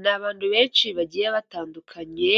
Ni abantu benshi bagiye batandukanye,